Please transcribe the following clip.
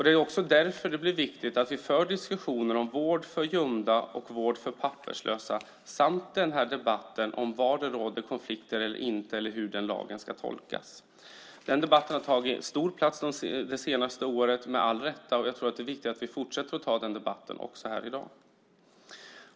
Det är också därför som det är viktigt att vi för diskussioner om vård för gömda och vård för papperslösa samt att vi för debatten om var det råder konflikt eller inte eller hur den lagen ska tolkas. Den debatten har med all rätt tagit stor plats under det senaste året, och jag tror att det är viktigt att vi fortsätter att föra den debatten också här i dag.